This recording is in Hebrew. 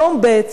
בעצם,